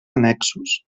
annexos